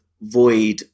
void